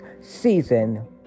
season